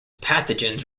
pathogens